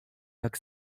jak